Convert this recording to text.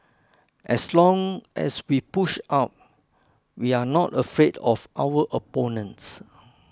as long as we push up we are not afraid of our opponents